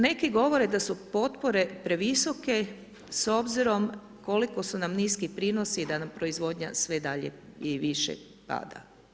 Neki govore da su potpore previsoke s obzirom koliko su nam niski prinosi da nam proizvodnja sve dalje i više pada.